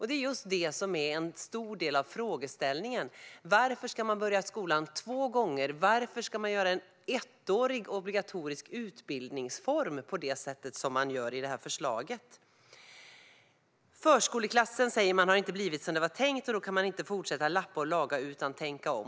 Det är just det som är en stor del av frågeställningen: Varför ska man börja skolan två gånger? Varför ska man göra en ettårig obligatorisk utbildningsform på det sätt som man gör i det här förslaget? Förskoleklassen, säger forskarna, har inte blivit som det var tänkt, och då kan vi inte fortsätta lappa och laga utan måste tänka om.